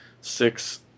six